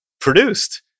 produced